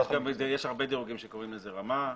יש הרבה דירוגים שקוראים לזה רמה,